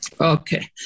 Okay